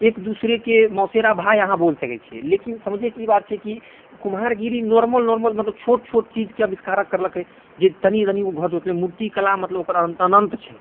एकदुसरेके मौसेरा भाइ अहाँ बोलि सकै छियै लेकिन समझैके ई बात छै कि कुम्हारगिरी नॉर्मल नॉर्मल मतलब छोट छोट चीजके आविष्कार करलकै जे तनि तनि ओ घर जोड़लकै मूर्तिकला मतलब ओकर अन्त अनन्त छै